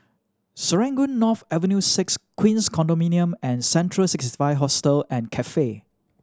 Serangoon North Avenue Six Queens Condominium and Central Sixty Five Hostel and Cafe